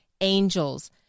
angels